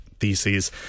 theses